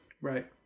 Right